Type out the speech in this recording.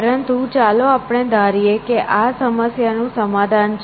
પરંતુ ચાલો આપણે ધારીએ કે આ સમસ્યાનું સમાધાન છે